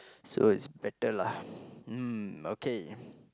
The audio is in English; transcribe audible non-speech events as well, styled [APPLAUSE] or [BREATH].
[BREATH] so it's better lah [BREATH] mm okay